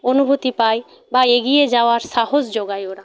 অনুভূতি পাই বা এগিয়ে যাওয়ার সাহস জোগায় ওরা